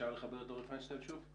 אפשר לחבר את אורי פיינשטיין שוב?